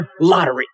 lottery